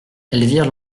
elvire